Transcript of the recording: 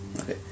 okay